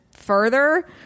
further